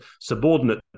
subordinate